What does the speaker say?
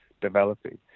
developing